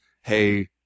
hey